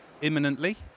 imminently